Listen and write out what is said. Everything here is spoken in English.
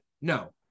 No